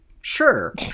Sure